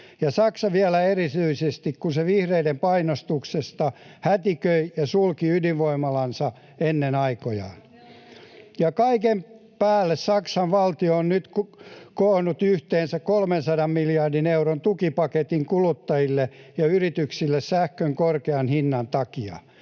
ja Saksa vielä erityisesti, kun se vihreiden painostuksessa hätiköi ja sulki ydinvoimalansa ennen aikojaan. Ja kaiken päälle Saksan valtio on nyt koonnut yhteensä 300 miljardin euron tukipaketin kuluttajille ja yrityksille sähkön korkean hinnan takia,